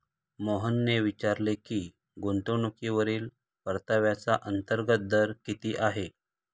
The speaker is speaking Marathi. मोहनने विचारले की गुंतवणूकीवरील परताव्याचा अंतर्गत दर किती आहे?